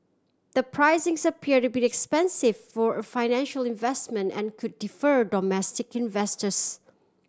the pricing appear a bit expensive for a financial investment and could defer domestic investors